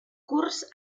curs